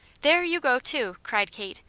there you go, too! cried kate.